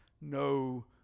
no